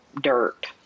dirt